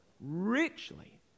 richly